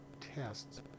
tests